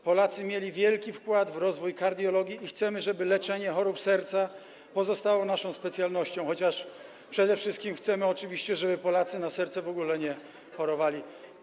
Polacy mieli wielki wkład w rozwój kardiologii i chcemy, żeby leczenie chorób serca pozostało naszą specjalnością, chociaż przede wszystkim chcemy oczywiście, żeby Polacy na serce w ogóle nie chorowali.